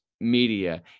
media